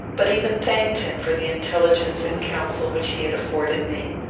but even thanked him for the intelligence and counsel which he had afforded me.